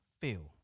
feel